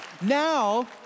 Now